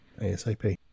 ASAP